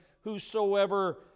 Whosoever